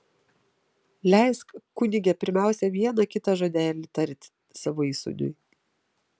leisk kunige pirmiausia vieną kitą žodelį tarti savo įsūniui